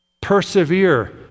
persevere